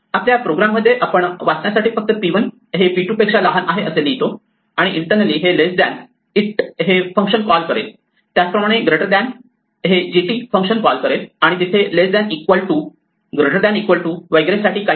आपल्या प्रोग्राम मध्ये आपण वाचण्यासाठी फक्त p1 हे p2 पेक्षा लहान आहे असे लिहितो आणि इंटरनलि हे लेस दॅन lt हे फंक्शन कॉल करेल त्याचप्रमाणे ग्रेटर दॅन हे gt फंक्शन कॉल करेल आणि तिथे less than equal to greater than equal to वगैरेंसाठी काही आहे